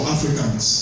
Africans